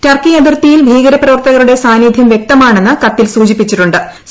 Turkey അതിർത്തിയിൽ ഭീകര പ്രവർത്തകരുടെ സാന്നിധ്യം വൃക്തമാണെന്ന് കത്തിൽ സൂചിപ്പിച്ചിട്ടു ്